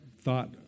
thought